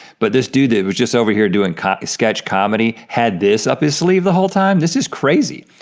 but this dude that was just over here doing sketch comedy had this up his sleeve the whole time? this is crazy.